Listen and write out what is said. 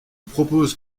propose